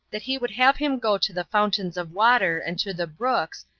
that he would have him go to the fountains of water, and to the brooks,